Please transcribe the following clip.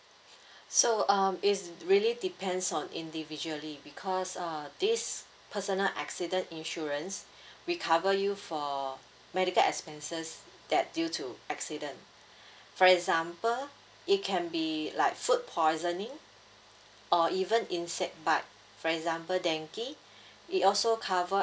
so um it's really depends on individually because uh this personal accident insurance we cover you for medical expenses that due to accident for example it can be like food poisoning or even insect bite for example dengue it also cover